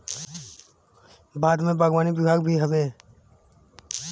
भारत में बागवानी विभाग भी हवे